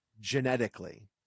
genetically